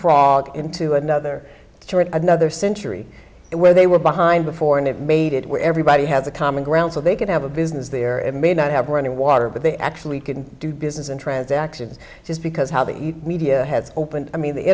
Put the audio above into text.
leapfrog into another another century where they were behind before and it made it where everybody has a common ground so they could have a business there it may not have running water but they actually couldn't do business and transactions just because how the media has opened i mean the